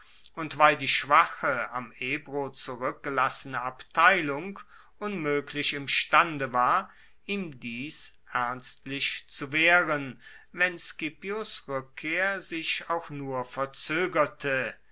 und weil die schwache am ebro zurueckgelassene abteilung unmoeglich imstande war ihm dies ernstlich zu wehren wenn scipios rueckkehr sich auch nur verzoegerte